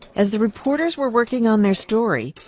as the reporters were working on their story,